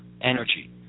energy